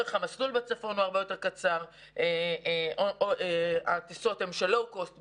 אורך המסלול בצפון הוא הרבה יותר קצר והטיסות הן לואו קוסט.